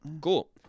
Cool